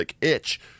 itch